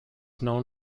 known